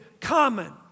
common